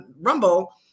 Rumble